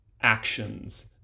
actions